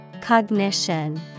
Cognition